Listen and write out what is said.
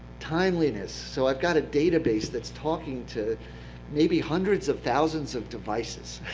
timeliness so i have got a database that's talking to maybe hundreds of thousands of devices,